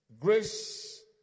Grace